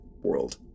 world